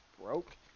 broke